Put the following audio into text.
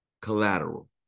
collateral